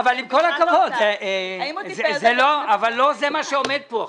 עם כל הכבוד, זה לא מה שעומד פה עכשיו.